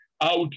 out